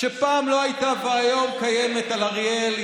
שפעם לא הייתה והיום קיימת, על אריאל.